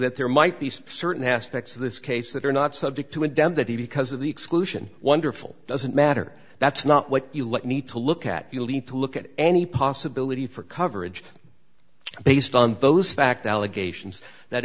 that there might be certain aspects of this case that are not subject to a death that he because of the exclusion wonderful doesn't matter that's not what you let me to look at you'll need to look at any possibility for coverage based on those fact allegations that